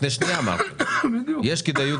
דבר שני,